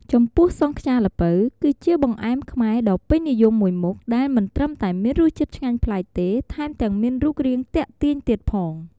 ចំពោះសង់ខ្យាល្ពៅ គឺជាបង្អែមខ្មែរដ៏ពេញនិយមមួយមុខ ដែលមិនត្រឹមតែមានរសជាតិឆ្ងាញ់ប្លែកទេ ថែមទាំងមានរូបរាងទាក់ទាញទៀតផង។